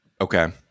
Okay